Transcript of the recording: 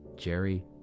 Jerry